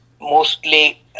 mostly